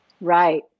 Right